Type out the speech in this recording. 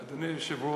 אדוני היושב-ראש,